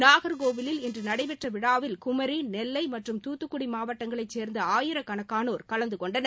நாகர்கோவிலில் இன்று நடைபெற்ற விழாவில் குமரி நெல்லை மற்றும் துத்துக்குடி மாவட்டங்களை சேர்ந்த ஆயிரக்கணக்கானோர் கலந்து கொண்டனர்